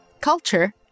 culture